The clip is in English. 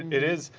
it does